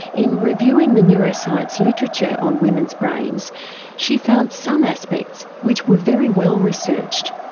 in reviewing the neuroscience literature on women's brains she found some aspects which were very well researched,